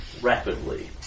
rapidly